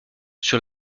sur